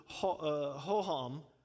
Hoham